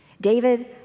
David